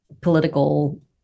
political